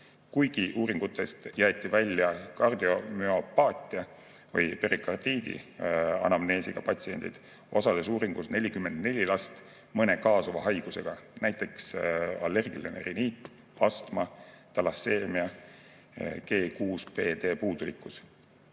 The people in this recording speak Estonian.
Kuigi uuringutest jäeti välja kardiomüopaatia või perikardiidi anamneesiga patsiendid, osales uuringus 44 last mõne kaasuva haigusega, näiteks allergiline riniit, astma, talasseemia, G6PD puudulikkus,